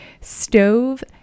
Stove